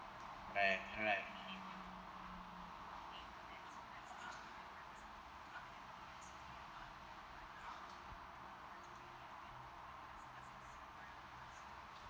right alright